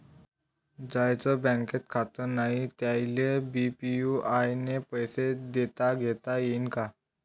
ज्याईचं बँकेत खातं नाय त्याईले बी यू.पी.आय न पैसे देताघेता येईन काय?